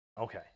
Okay